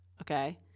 okay